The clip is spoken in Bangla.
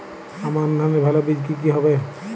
আমান ধানের ভালো বীজ কি কি হবে?